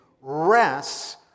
rests